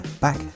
back